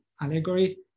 allegory